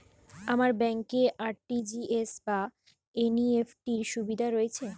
আপনার ব্যাংকে আর.টি.জি.এস বা এন.ই.এফ.টি র সুবিধা রয়েছে?